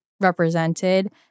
represented